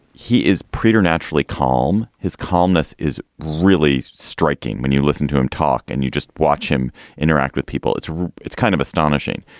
he is preternaturally calm, his calmness is really striking when you listen to him talk and you just watch him interact with people, it's it's kind of astonishing.